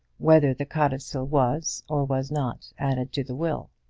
whether the codicil was or was not added to the will.